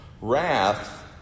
Wrath